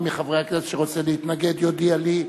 מי מחברי הכנסת שרוצה להתנגד יודיע לי.